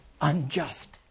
unjust